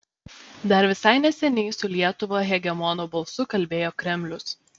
dar visai neseniai su lietuva hegemono balsu kalbėjo kremlius